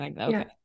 okay